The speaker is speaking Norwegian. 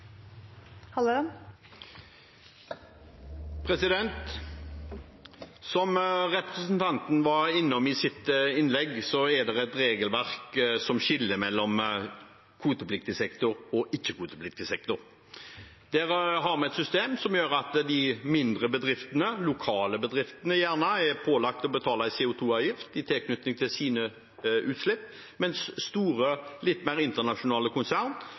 et regelverk som skiller mellom kvotepliktig sektor og ikke-kvotepliktig sektor. Det er et system som gjør at de mindre bedriftene, gjerne lokale bedrifter, er pålagt å betale en CO 2 -avgift i tilknytning til sine utslipp, mens store, litt mer internasjonale konsern